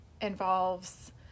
involves